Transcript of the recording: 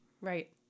Right